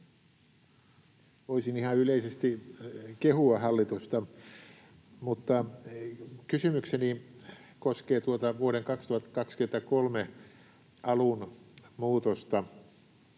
Voisin ihan yleisesti kehua hallitusta, mutta kysymykseni koskee vuoden 2023 alun muutosta,